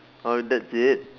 oh that's it